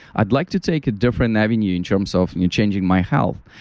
i'd like to take a different avenue in terms of changing my health.